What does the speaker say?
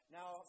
Now